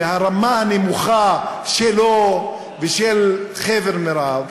הרמה הנמוכה שלו ושל חבר מרעיו,